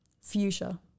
Fuchsia